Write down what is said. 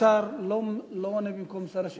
השר לא עונה במקום שר השיכון.